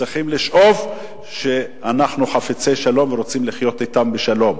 צריכים לומר שאנחנו חפצי שלום ורוצים לחיות אתם בשלום.